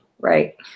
Right